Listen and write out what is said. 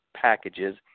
packages